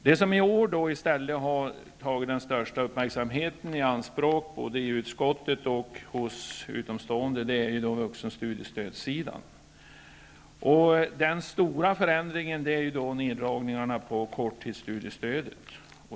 Det som i år har tagit den största uppmärksamheten i anspråk både i utskottet och hos utomstående är vuxenstudiestödet. Den stora förändringen är neddragningarna av korttidsstudiestödet.